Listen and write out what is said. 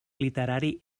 literari